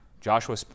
Joshua